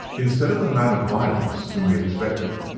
instead of the man of violence whom we expected,